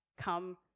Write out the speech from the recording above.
come